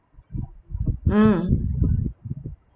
mm